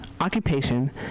occupation